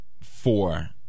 four